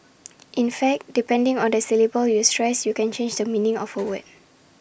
in fact depending on the syllable you stress you can change the meaning of A way